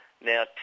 now